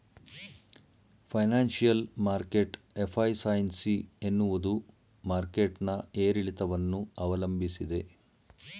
financial market efficiency ಎನ್ನುವುದು market ನ ಏರಿಳಿತವನ್ನು ಅವಲಂಬಿಸಿದೆ